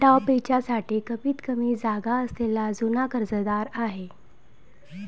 डावपेचांसाठी कमीतकमी जागा असलेला जुना कर्जदार आहे